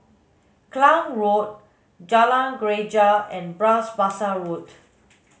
Klang Road Jalan Greja and Bras Basah Road